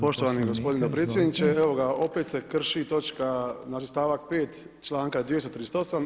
Poštovani gospodine predsjedniče, evo ga opet se krši točka znači stavak 5. članka 238.